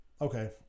Okay